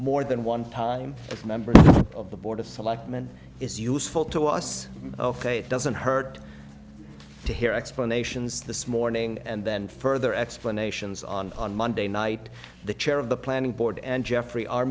more than one time a member of the board of selectmen is useful to us it doesn't hurt to hear explanations this morning and then further explanations on on monday night the chair of the planning board and geoffrey are